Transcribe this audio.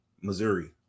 Missouri